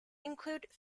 include